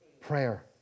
prayer